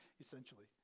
essentially